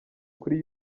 kuri